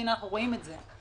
והנה אנחנו רואים את זה.